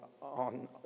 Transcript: on